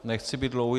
Nechci být dlouhý.